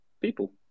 people